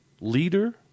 Leader